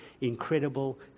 incredible